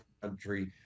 country